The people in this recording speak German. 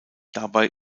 dabei